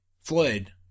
Floyd